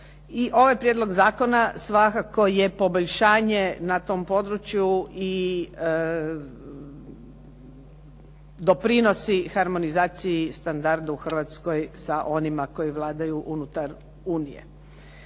i ovaj prijedlog zakona svakako je poboljšanje na tom području i doprinosi harmonizaciji standarda u Hrvatskoj sa onima koji vladaju unutar Unije.